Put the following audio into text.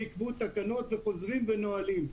יקבעו תקנות וחוזרים ונועלים.